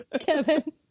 Kevin